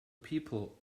people